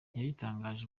yabitangaje